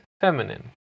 feminine